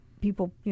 people